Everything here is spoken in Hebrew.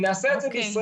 אם נעשה את זה בישראל,